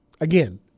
Again